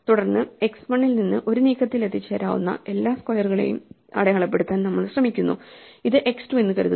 തുടർന്ന് x 1 ൽ നിന്ന് ഒരു നീക്കത്തിൽ എത്തിച്ചേരാവുന്ന എല്ലാ സ്ക്വയറുകളെയും അടയാളപ്പെടുത്താൻ നമ്മൾ ശ്രമിക്കുന്നു ഇത് x 2 എന്ന് കരുതുക